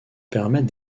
permettre